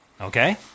okay